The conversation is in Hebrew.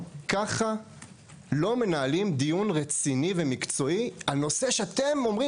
ככה לא מנהלים דיון רציני ומקצועי על נושא שאתם אומרים